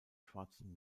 schwarzen